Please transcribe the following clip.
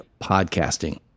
podcasting